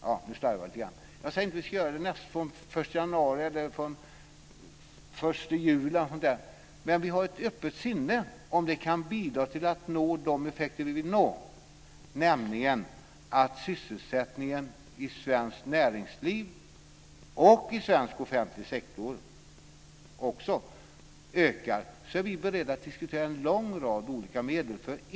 Jag slarvar lite grann: Jag säger inte att vi ska göra det den 1 januari eller den 1 juli. Men vi har ett öppet sinne om något sådant kan bidra till att nå de effekter vi vill nå, nämligen att sysselsättningen i svenskt näringsliv och i svensk offentlig sektor också ökar. Vi är beredda att diskutera en lång rad olika medel.